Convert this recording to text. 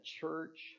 church